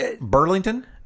Burlington